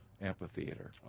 amphitheater